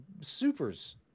supers